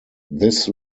this